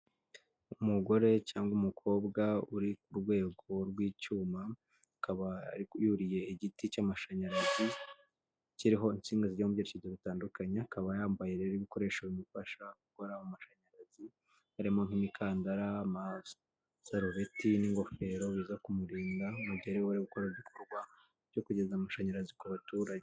Umugore cyangwa umukobwa uri ku rwego rw'icyuma akaba yuriye igiti cy'amashanyarazi, kiriho insinga zijya mu byerekezo bitandukanye, akaba yambaye rero ibikoresho bimufasha gukora amashanyarazi, harimo nk'imikandara, amasarubeti n'ingofero, biza kumurinda mu gihe ari bube ari gukora ibikorwa byo kugeza amashanyarazi ku baturage.